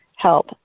Help